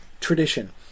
tradition